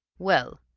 well,